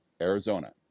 Arizona